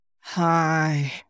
hi